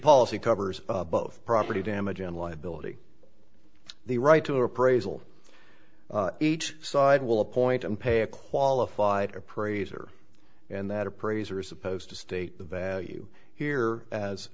policy covers both property damage and liability the right to appraisal each side will appoint and pay a qualified appraiser and that appraiser is supposed to state the value here